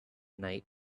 night